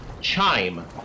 Chime